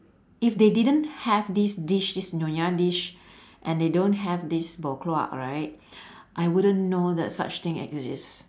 if they didn't have this dish this nyonya dish and they don't have this buah keluak right I wouldn't know that such thing exist